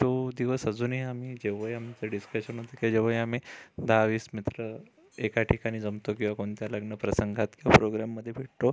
तो दिवस अजूनही आम्ही जेव्हाही आमचं डिस्कशन होते की जेव्हाही आम्ही दहा वीस मित्र एका ठिकाणी जमतो किंवा कोणत्या लग्न प्रसंगात किंवा प्रोग्राममध्ये भेटतो